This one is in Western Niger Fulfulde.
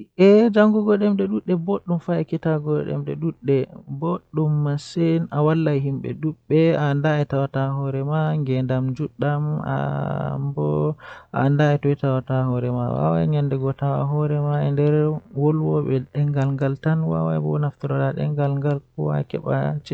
Eh njaram jei mi ɓuri yiɗugo Miɗo yiɗi jeyɗi ndewbo ceedu sabu o waɗi seŋndi ngam no feewi. Ndewbo ceedu ɗum waɗtude ko haɗtude ceedu, waɗtude ndiyam woni taƴre, kadi tonndude ceedu ngal. O waɗi soseede